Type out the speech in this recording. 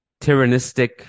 tyrannistic